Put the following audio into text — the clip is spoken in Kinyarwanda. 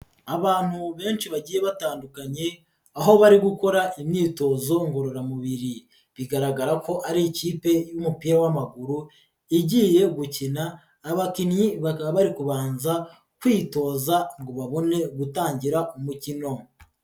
Abantu benshi bagiye batandukanye aho bari gukora imyitozo ngororamubiri, bigaragara ko ari ikipe y'umupira w'amaguru igiye gukina. Abakinnyi bari kubanza kwitoza ngo babone gutangira umukino.